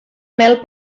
mel